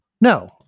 No